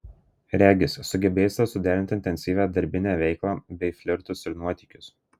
regis sugebėsite suderinti intensyvią darbinę veiklą bei flirtus ir nuotykius